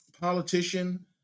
politician